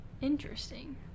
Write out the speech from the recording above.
Interesting